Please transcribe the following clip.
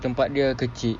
tempat dia kecil